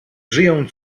żyją